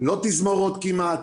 לא תזמורות כמעט,